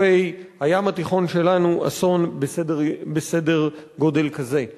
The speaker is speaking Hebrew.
בחופי הים התיכון שלנו, אסון בסדר גודל כזה.